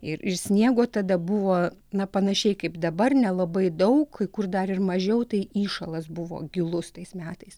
ir ir sniego tada buvo na panašiai kaip dabar nelabai daug kai kur dar ir mažiau tai įšalas buvo gilus tais metais